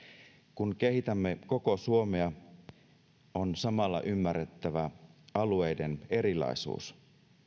kun kehitämme koko suomea on samalla ymmärrettävä alueiden erilaisuus